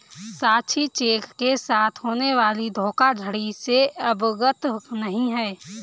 साक्षी cheque के साथ होने वाली धोखाधड़ी से अवगत नहीं है